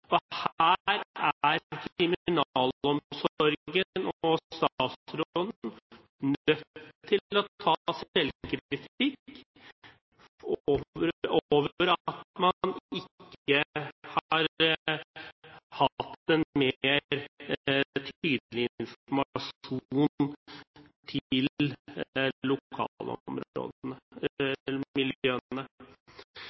institusjon. Her er kriminalomsorgen og statsråden nødt til å ta selvkritikk på at man ikke har hatt en mer tydelig informasjon til